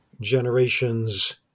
generations